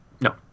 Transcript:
No